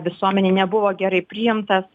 visuomenei nebuvo gerai priimtas